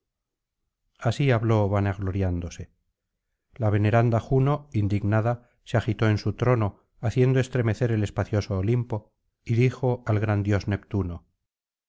así habló vanagloriándose la veneranda juno indignada se agitó en su trono haciendo estremecer el espacioso olimpo y dijo al gran dios neptuno